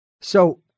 So-